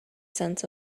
sense